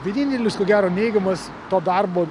vienintelis ko gero neigiamas to darbo